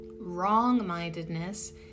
wrong-mindedness